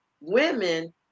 women